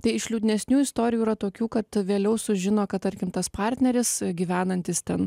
tai iš liūdnesnių istorijų yra tokių kad vėliau sužino kad tarkim tas partneris gyvenantis ten